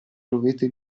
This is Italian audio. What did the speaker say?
dovete